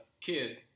kid